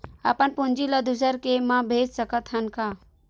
अपन पूंजी ला दुसर के मा भेज सकत हन का?